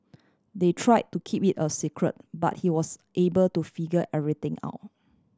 they try to keep it a secret but he was able to figure everything out